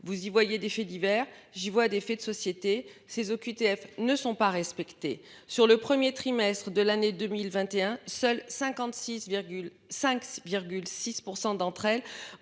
vous y voyez des faits divers. J'y vois des faits de société ces OQTF ne sont pas respectées sur le 1er trimestre de l'année 2021, seuls 56. 5. 6 % d'entre elles ont